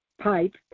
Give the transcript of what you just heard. pipe